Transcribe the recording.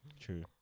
true